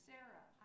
Sarah